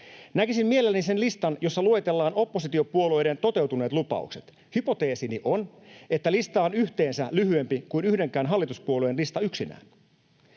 Näkisin mielelläni sen listan, jossa luetellaan oppositiopuolueiden toteutuneet lupaukset. Hypoteesini on, että lista on yhteensä lyhyempi kuin yhdenkään hallituspuolueen lista yksinään.